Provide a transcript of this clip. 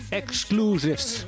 exclusives